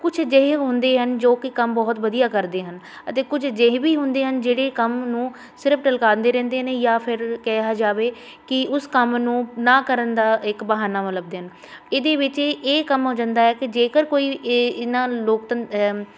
ਕੁਛ ਅਜਿਹੇ ਹੁੰਦੇ ਹਨ ਜੋ ਕਿ ਕੰਮ ਬਹੁਤ ਵਧੀਆ ਕਰਦੇ ਹਨ ਅਤੇ ਕੁਝ ਅਜਿਹੇ ਵੀ ਹੁੰਦੇ ਹਨ ਜਿਹੜੇ ਕੰਮ ਨੂੰ ਸਿਰਫ ਟਲਕਾਂਦੇ ਰਹਿੰਦੇ ਨੇ ਜਾਂ ਫਿਰ ਕਿਹਾ ਜਾਵੇ ਕਿ ਉਸ ਕੰਮ ਨੂੰ ਨਾ ਕਰਨ ਦਾ ਇੱਕ ਬਹਾਨਾ ਉਹ ਲੱਭਦੇ ਹਨ ਇਹਦੇ ਵਿੱਚ ਏ ਇਹ ਕੰਮ ਹੋ ਜਾਂਦਾ ਹੈ ਕਿ ਜੇਕਰ ਕੋਈ ਏ ਇਹਨਾਂ ਲੋਕਤੰਤਰ